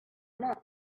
monk